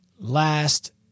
last